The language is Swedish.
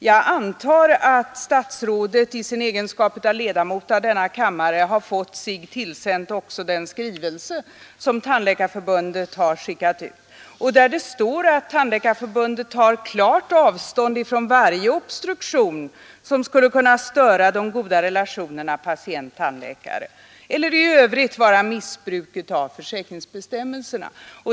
Jag antar att statsrådet i sin egenskap av ledamot i denna kammare också har fått sig tillsänt den skrivelse som Tandläkarförbundet har skickat ut och där det står att Tandläkarförbundet tar klart avstånd från varje obstruktion som skulle kunna störa de goda relationerna patient—tandläkare eller i övrigt vara missbruk av försäkringsbestämmelserna.